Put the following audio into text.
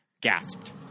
gasped